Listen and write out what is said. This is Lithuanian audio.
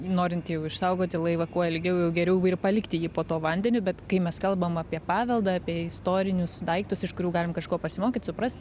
norint išsaugoti laivą kuo ilgiau jau geriau ir palikti jį po tuo vandeniu bet kai mes kalbam apie paveldą apie istorinius daiktus iš kurių galim kažko pasimokyt suprast